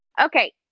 Okay